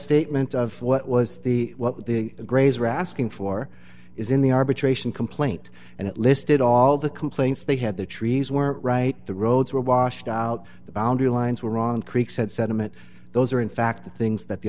statement of what was the what the greys were asking for is in the arbitration complaint and it listed all the complaints they had the trees were right the roads were washed out the boundary lines were wrong creeks had sediment those are in fact the things that the